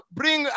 bring